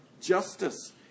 justice